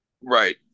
Right